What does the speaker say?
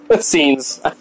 scenes